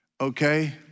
okay